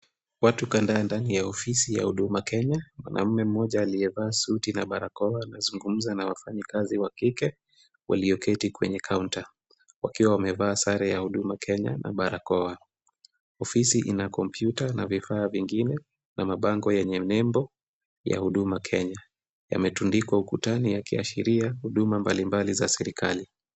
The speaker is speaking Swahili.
Watu kadhaa ndani ya ofisi ya Huduma Kenya . Mwanamume mmoja aliyevaa suti na barakoa anazungumza na wafanyikazi wa kike walioketi kwenye counter wakiwa wamevaa sare ya Huduma Kenya na barakoa. Ofisi ina kompyuta na vifaa vingine na mabango yenye nembo ya Huduma Kenya yametundikwa ukutani yakiashiria huduma mbalimbali za serikali.